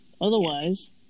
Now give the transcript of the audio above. Otherwise